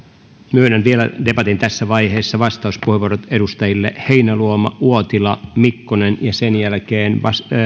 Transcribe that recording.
myönnän vielä debatin tässä vaiheessa vastauspuheenvuorot edustajille heinäluoma uotila mikkonen ja sen jälkeen